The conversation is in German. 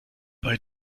bei